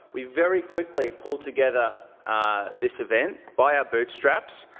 we very quickly pulled together this event by our bootstraps.